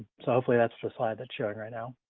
so hopefully that's the slide that's showing right now.